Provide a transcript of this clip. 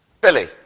Billy